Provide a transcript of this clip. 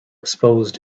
exposed